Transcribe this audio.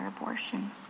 abortion